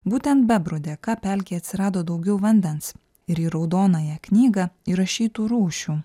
būtent bebrų dėka pelkėje atsirado daugiau vandens ir į raudonąją knygą įrašytų rūšių